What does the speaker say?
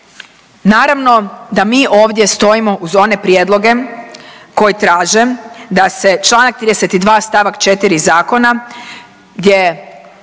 naravno da mi ovdje stojimo uz one prijedloge koji traže da se Članak 32. stavak 4. zakona gdje